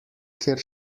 kjer